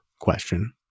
question